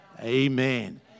Amen